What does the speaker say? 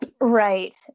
right